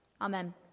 Amen